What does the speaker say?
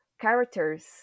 characters